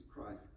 Christ